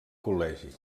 col·legi